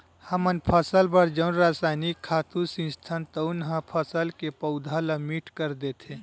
हमन फसल बर जउन रसायनिक खातू छितथन तउन ह फसल के पउधा ल मीठ कर देथे